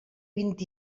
vint